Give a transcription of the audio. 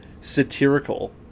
satirical